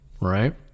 right